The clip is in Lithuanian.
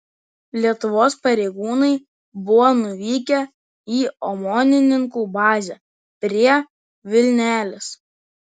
lietuvos pareigūnai buvo nuvykę į omonininkų bazę prie vilnelės